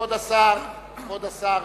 כבוד השר ישיב.